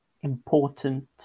important